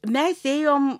mes ėjom